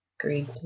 agreed